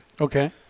Okay